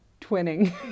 twinning